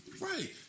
Right